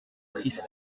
triste